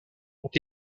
ont